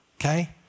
Okay